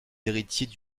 héritiers